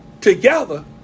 together